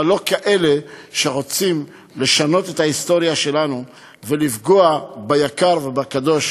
אבל לא כאלה שרוצים לשנות את ההיסטוריה שלנו ולפגוע ביקר ובקדוש